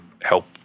help